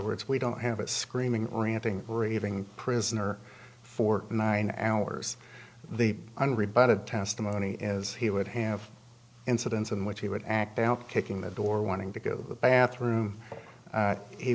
words we don't have a screaming ranting raving prisoner for nine hours the unrebutted testimony is he would have incidents in which he would act out kicking the door wanting to go to the bathroom